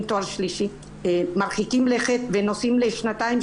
תואר שלישי מרחיקים לכת ונוסעים לשנתיים,